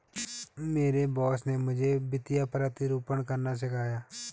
मेरे बॉस ने मुझे वित्तीय प्रतिरूपण करना सिखाया